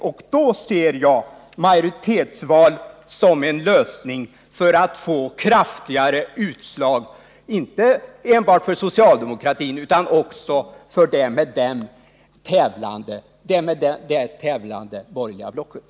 Då ser jag majoritetsval som en lösning för att få ett kraftigare utslag, inte enbart för socialdemokratin utan också för det med den tävlande borgerliga blocket.